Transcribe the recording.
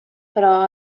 però